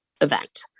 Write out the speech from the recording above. event